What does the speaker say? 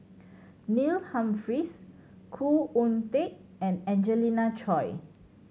Neil Humphreys Khoo Oon Teik and Angelina Choy